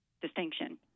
distinction